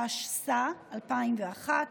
התשס"א 2001,